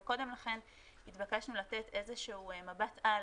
אבל קודם לכן התבקשנו לתת איזשהו מבט-על